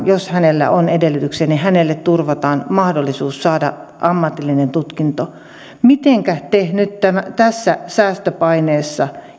jos hänellä on edellytyksiä turvataan mahdollisuus saada ammatillinen tutkinto mitenkä te nyt tässä säästöpaineessa